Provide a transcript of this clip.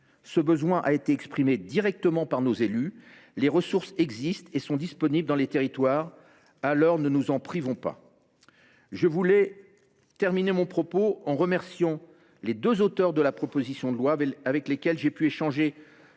Ce besoin a été exprimé directement par nos élus. Les ressources existent et sont disponibles dans les territoires. Ne nous en privons pas ! Je voudrais terminer mon propos en remerciant les deux auteurs de la proposition de loi, avec lesquels j’ai échangé